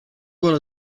well